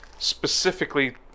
Specifically